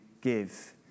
give